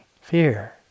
Fear